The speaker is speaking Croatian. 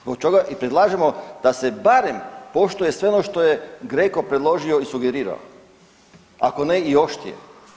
Zbog toga i predlažemo da se barem poštuje sve ono što je GRECO predložio i sugerirao, ako ne i oštrije.